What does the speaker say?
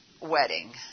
wedding